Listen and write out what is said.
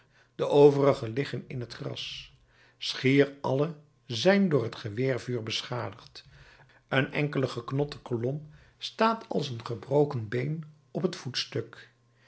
de overige liggen in het gras schier alle zijn door het geweervuur beschadigd een enkele geknotte kolom staat als een gebroken been op het voetstuk